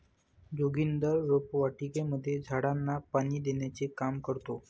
जोगिंदर रोपवाटिकेमध्ये झाडांना पाणी देण्याचे काम करतो